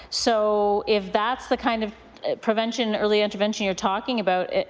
so if that's the kind of prevention, early intervention you're talking about.